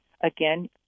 again